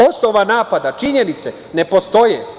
Osnova napada, činjenice – ne postoje.